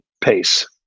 pace